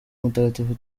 mutagatifu